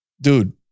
Dude